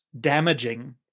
damaging